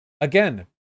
Again